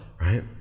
right